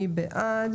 מי בעד?